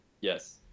Yes